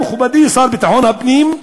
מכובדי השר לביטחון הפנים,